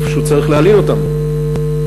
צריך להלין אותם.